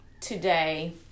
today